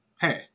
hey